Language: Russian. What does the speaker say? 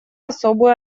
особую